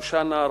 שושנה,